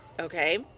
okay